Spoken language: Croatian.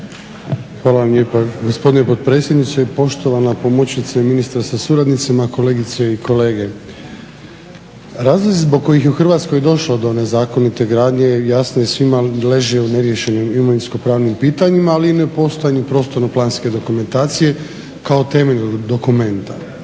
Hvala vam lijepa gospodine potpredsjedniče, poštovana pomoćnice ministra sa suradnicima, kolegice i kolege. Razlozi zbog kojih je u Hrvatskoj došlo do nezakonite gradnje jasno je svima leži u neriješenim imovinsko-pravnim pitanjima, ali i nepostojanju prostorno-planske dokumentacije kao temeljnog dokumenta.